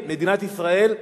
מיליארד דולר.